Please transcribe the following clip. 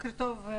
בוקר טוב לכולם,